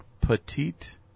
petite